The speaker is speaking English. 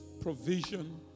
provision